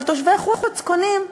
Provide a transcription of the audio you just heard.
אבל תושבי חוץ קונים,